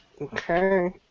Okay